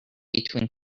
between